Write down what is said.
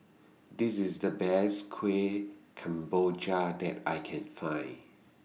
This IS The Best Kueh Kemboja that I Can Find